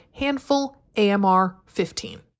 HandfulAMR15